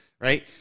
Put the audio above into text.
right